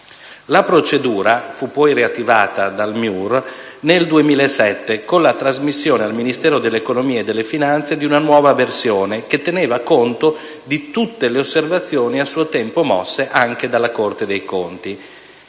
La procedura fu puoi riattivata dal MIUR nel 2007, con la trasmissione al Ministero dell'economia e delle finanze di un nuova versione, che teneva conto di tutte le osservazioni a suo tempo mosse anche dalla Corte dei conti.